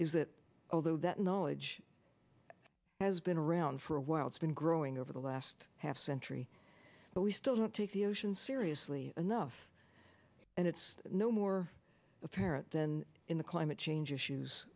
that although that knowledge has been around for a while it's been growing over the last half century but we still don't take the oceans seriously enough and it's no more apparent than in the climate change